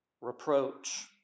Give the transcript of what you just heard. reproach